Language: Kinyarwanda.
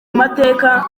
amateka